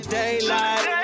daylight